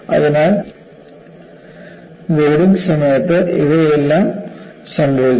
അതിനാൽ ലോഡിംഗ് സമയത്ത് ഇതെല്ലാം സംഭവിക്കുന്നു